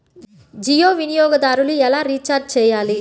జియో వినియోగదారులు ఎలా రీఛార్జ్ చేయాలి?